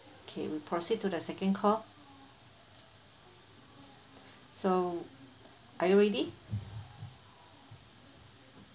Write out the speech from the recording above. okay we proceed to the second call so are you ready